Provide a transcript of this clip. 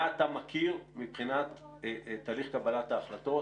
מה אתה מכיר מבחינת תהליך קבלת ההחלטות?